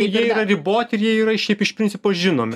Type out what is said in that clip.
jie yra riboti ir jie yra šiaip iš principo žinomi